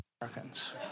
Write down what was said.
Americans